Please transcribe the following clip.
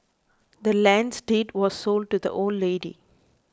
the land's deed was sold to the old lady